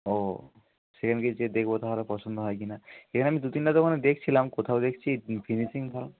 ও সেখানকে যেয়ে দেখবো তাহলে পছন্দ হয় কি না এখানে আমি দু তিনটা দোকানে দেখছিলাম কোথাও দেখছি ফিনিশিং ভালো